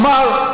אמר: